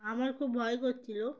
আমার খুব ভয় করছিলো